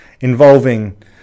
involving